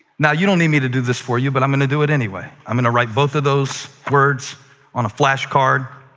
you don't need me to do this for you, but i'm going to do it anyway. i'm going to write both of those words on a flash card.